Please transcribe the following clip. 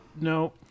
no